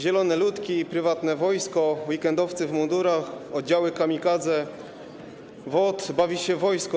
Zielone ludki, prywatne wojsko, weekendowcy w mundurach, oddziały kamikadze, WOT bawi się w wojsko.